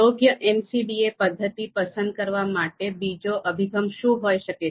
યોગ્ય MCDA પદ્ધતિ પસંદ કરવા માટે બીજો અભિગમ શું હોઈ શકે